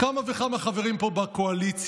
כמה וכמה חברים פה בקואליציה,